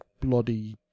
bloody